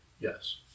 yes